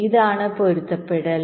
ഇതാണ് പൊരുത്തപ്പെടുത്തൽ